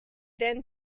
then